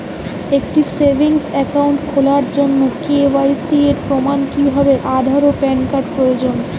একটি savings account খোলার জন্য কে.ওয়াই.সি এর প্রমাণ হিসাবে আধার ও প্যান কার্ড প্রয়োজন